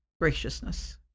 graciousness